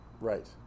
Right